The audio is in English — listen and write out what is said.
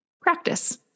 Practice